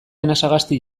anasagasti